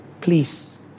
please